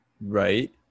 Right